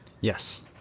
Yes